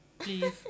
Please